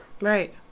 Right